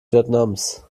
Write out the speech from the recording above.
vietnams